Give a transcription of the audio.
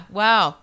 wow